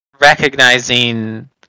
recognizing